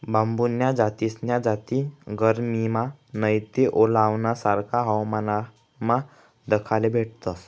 बांबून्या जास्तीन्या जाती गरमीमा नैते ओलावाना सारखा हवामानमा दखाले भेटतस